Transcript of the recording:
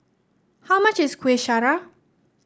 how much is Kuih Syara